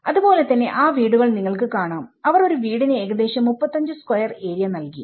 അതുപോലെതന്നെ ആ വീടുകൾ നിങ്ങൾക്ക് കാണാംഅവർ ഒരു വീടിന് ഏകദേശം 35 സ്ക്വയർ ഏരിയ നൽകി